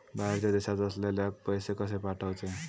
बाहेरच्या देशात असलेल्याक पैसे कसे पाठवचे?